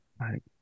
right